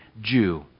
Jew